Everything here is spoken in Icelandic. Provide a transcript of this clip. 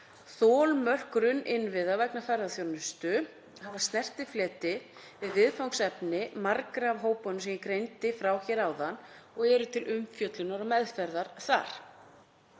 Þolmörk grunninnviða vegna ferðaþjónustu hafa snertifleti við viðfangsefni margra hópanna sem ég greindi frá hér áðan og eru til umfjöllunar og meðferðar þar.